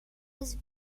was